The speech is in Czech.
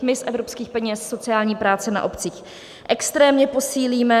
Z evropských peněz sociální práci na obcích extrémně posílíme.